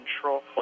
control